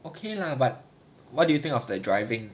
okay lah but what do you think of the driving